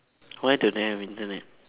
why don't have internet